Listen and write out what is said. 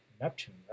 Neptune